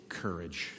courage